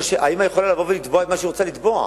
האמא יכולה לבוא ולתבוע את מה שהיא רוצה לתבוע.